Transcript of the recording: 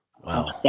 wow